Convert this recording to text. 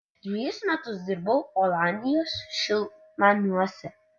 dvejus metus dirbau olandijos šiltnamiuose